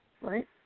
right